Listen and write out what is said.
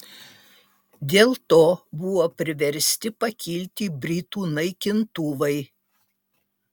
dėl to buvo priversti pakilti britų naikintuvai